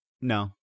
no